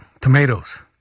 tomatoes